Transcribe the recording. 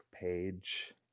page